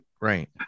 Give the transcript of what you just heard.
right